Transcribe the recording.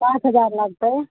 पाँच हजार लागतै